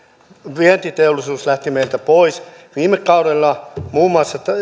vientiteollisuus lähti meiltä pois viime kaudella muun muassa